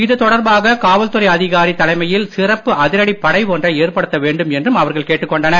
இது தொடர்பாக காவல்துறை அதிகாரி தலைமையில் சிறப்பு அதிரடிப் படை ஒன்றை ஏற்படுத்த வேண்டும் என்றும் அவர்கள் கேட்டுக் கொண்டனர்